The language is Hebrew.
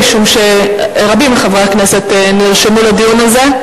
משום שרבים מחברי הכנסת נרשמו לדיון הזה,